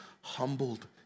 humbled